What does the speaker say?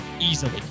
easily